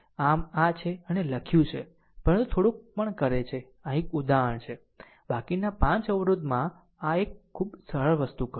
આમ આ છે અને લખ્યું છે પરંતુ થોડુંક પણ કરે છે આ એક ઉદાહરણ છે બાકીના 5 અવરોધમાં આ એક ખૂબ સરળ વસ્તુ કરો